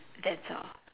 that's all